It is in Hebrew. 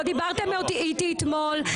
לא דיברתם איתי אתמול,